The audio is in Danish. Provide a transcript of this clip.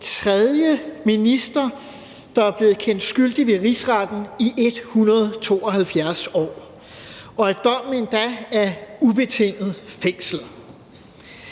tredje minister i 172 år, der er blevet kendt skyldig ved Rigsretten, og da dommen endda er ubetinget fængsel.